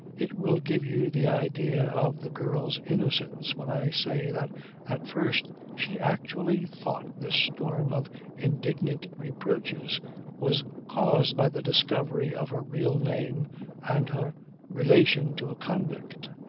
it will give you the idea of the girl's innocence when i say that at first she actually thought this storm of indignant reproaches was caused by the discovery of her real name and her relation to a convict.